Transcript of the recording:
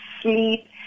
sleep